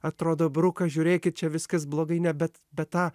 atrodo bruka žiūrėkit čia viskas blogai ne bet bet tą